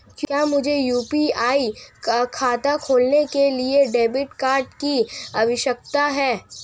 क्या मुझे यू.पी.आई खाता खोलने के लिए डेबिट कार्ड की आवश्यकता है?